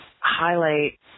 highlight